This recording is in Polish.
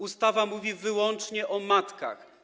Ustawa mówi wyłącznie o matkach.